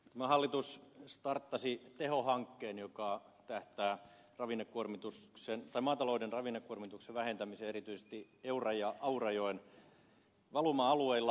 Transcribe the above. tämä hallitus starttasi teho hankkeen joka tähtää maatalouden ravinnekuormituksen vähentämiseen erityisesti eura ja aurajoen valuma alueilla